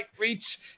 reach